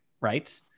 Right